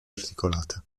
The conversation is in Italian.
articolata